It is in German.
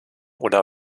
oder